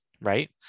right